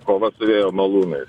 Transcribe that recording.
kova su vėjo malūnais